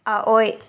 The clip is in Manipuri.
ꯑꯑꯣꯏ